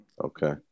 Okay